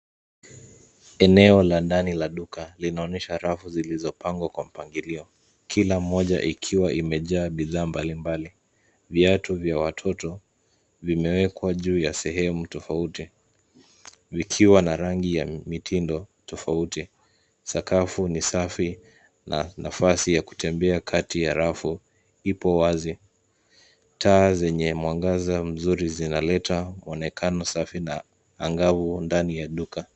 Eneo la ndani la duka, linaonesha rafu zilizopangwa kwa mpangilio, kila mmoja ikiwa imejaa bidhaa mbalimbali. Viatu vya watoto, vimewekwa juu ya sehemu tofauti, vikiwa na rangi ya mitindo tofauti. Sakafu ni safi, na nafasi ya kutembea kati ya rafu ipo wazi. Taa zenye mwangaza mzuri zinaleta muonekano safi na angavu ndani ya duka.